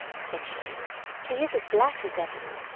said she he is as black as ebony.